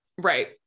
Right